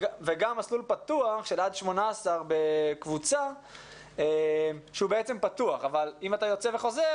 וגם מסלול פתוח של עד 18 בקבוצה שהוא בעצם פתוח אבל אם אתה יוצא וחזר